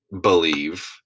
believe